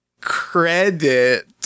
credit